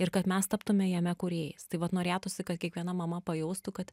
ir kad mes taptume jame kūrėjais tai vat norėtųsi kad kiekviena mama pajaustų kad